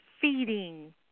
feeding